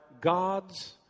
gods